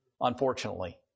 unfortunately